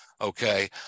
Okay